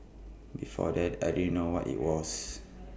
before that I didn't know what IT was